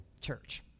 church